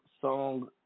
song